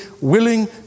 willing